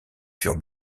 furent